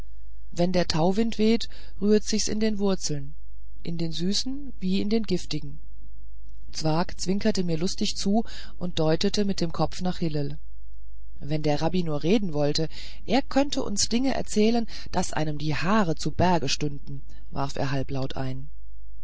wenn der tauwind weht rührt sich's in den wurzeln in den süßen wie in den giftigen zwakh zwinkerte mir lustig zu und deutete mit dem kopf nach hillel wenn der rabbi nur reden wollte der könnte uns dinge erzählen daß einem die haare zu berge stünden warf er halblaut hin